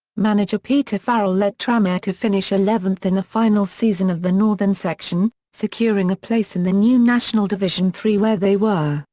manager peter farrell led tranmere to finish eleventh in the final season of the northern section, securing a place in the new national division three where they were,